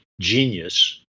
Genius